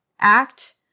Act